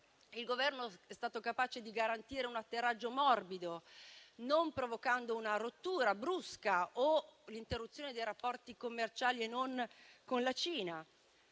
il Governo è stato capace di garantire un atterraggio morbido, non provocando una rottura brusca o l'interruzione dei rapporti commerciali con la Cina,